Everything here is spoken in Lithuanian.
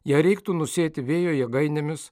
ją reiktų nusėti vėjo jėgainėmis